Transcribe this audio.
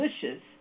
delicious